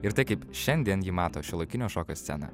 ir tai kaip šiandien ji mato šiuolaikinio šokio sceną